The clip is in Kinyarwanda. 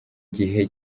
gihe